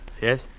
Yes